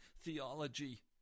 theology